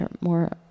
more